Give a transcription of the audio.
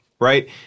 right